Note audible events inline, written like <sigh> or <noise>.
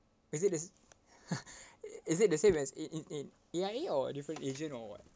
is it the same <laughs> is it the same as a~ in in A_I_A or different agent or [what]